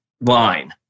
line